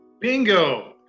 bingo